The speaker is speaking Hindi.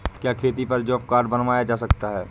क्या खेती पर जॉब कार्ड बनवाया जा सकता है?